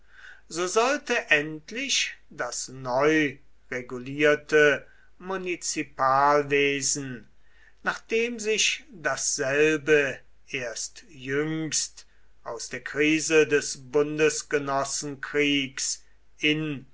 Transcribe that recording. so sollte endlich das neu regulierte munizipalwesen nachdem sich dasselbe erst jüngst aus der krise des bundesgenossenkriegs in